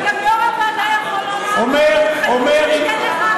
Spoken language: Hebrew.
אבל גם יו"ר הוועדה יכול שלא לעמוד בהתחייבות שהוא נותן לך עכשיו.